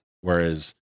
whereas